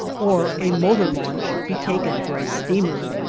or a motor launch be taken for a steamer.